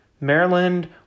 Maryland